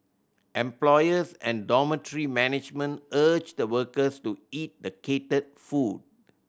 employers and dormitory management urge the workers to eat the catered food